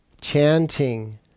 chanting